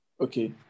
Okay